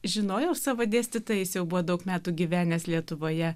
žinojau savo dėstytojais jau buvo daug metų gyvenęs lietuvoje